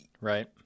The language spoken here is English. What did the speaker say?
Right